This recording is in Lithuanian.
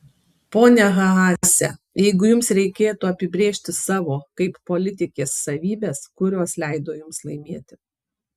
ponia haase jeigu jums reikėtų apibrėžti savo kaip politikės savybes kurios leido jums laimėti